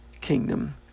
kingdom